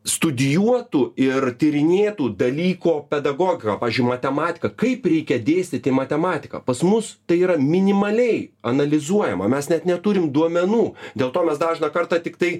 studijuotų ir tyrinėtų dalyko pedagogiką pavyzdžiui matematiką kaip reikia dėstyti matematiką pas mus tai yra minimaliai analizuojama mes net neturim duomenų dėl to mes dažną kartą tiktai